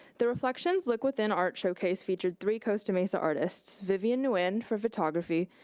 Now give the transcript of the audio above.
the reflections look within art showcase featured three costa mesa artists. vivian nguyen for photography,